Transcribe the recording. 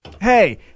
Hey